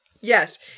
Yes